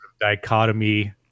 dichotomy